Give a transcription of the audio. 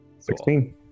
16